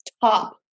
top